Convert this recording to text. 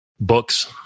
books